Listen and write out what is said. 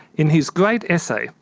in his great essay,